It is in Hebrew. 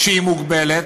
שהיא מוגבלת,